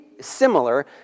similar